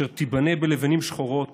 אשר תיבנה בלבנים שחורות